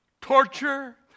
torture